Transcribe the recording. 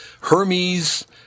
Hermes